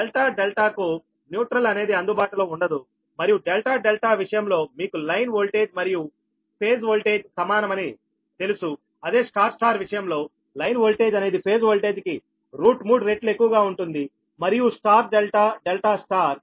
delta delta కు neutral అనేది అందుబాటులో ఉండదు మరియు డెల్టా డెల్టా విషయంలో మీకు లైన్ వోల్టేజ్ మరియు ఫేజ్ వోల్టేజ్ సమానమని తెలుసుఅదే స్టార్ స్టార్ విషయంలో లైన్ ఓల్టేజ్ అనేది ఫేజ్ వోల్టేజ్ కి 3రెట్లు ఎక్కువగా ఉంటుంది మరియు స్టార్ డెల్టా డెల్టా స్టార్